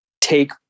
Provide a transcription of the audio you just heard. take